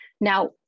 Now